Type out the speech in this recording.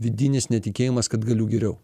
vidinis netikėjimas kad galiu geriau